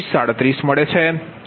3637